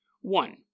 One